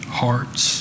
hearts